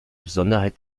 besonderheit